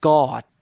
God